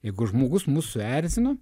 jeigu žmogus mus suerzino